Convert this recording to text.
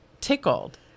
tickled